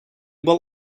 will